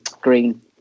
green